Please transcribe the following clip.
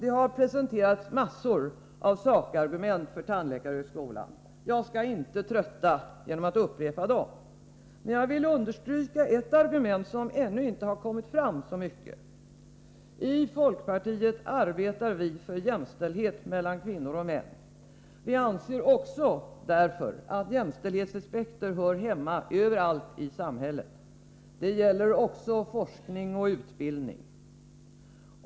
En mängd sakargument för ett bevarande av tandläkarhögskolan har presenterats. Jag skall inte trötta kammaren med att upprepa dem. Jag vill emellertid understryka ett argument som ännu inte kommit fram särskilt mycket i debatten. I folkpartiet arbetar vi för jämställdhet mellan kvinnor och män. Vi anser således att jämställdhetsaspekter hör hemma överallt i samhället. Det gäller också forskning och utbildning.